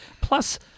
Plus